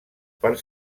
per